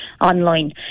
online